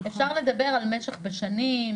אפשר לדבר על משך בשנים,